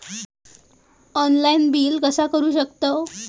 Online bill कसा करु शकतव?